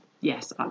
yes